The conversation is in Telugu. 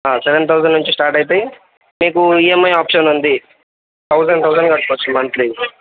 సెవెన్ తౌజండ్ నుంచి స్టార్ట్ అవుతాయి మీకు ఈఎమ్ఐ ఆప్షన్ ఉంది తౌజండ్ తౌజండ్ కట్టుకోవచ్చు మంత్లీ